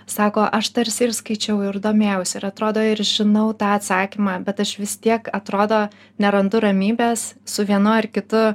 sako aš tarsi ir skaičiau ir domėjausi ir atrodo ir žinau tą atsakymą bet aš vis tiek atrodo nerandu ramybės su vienu ar kitu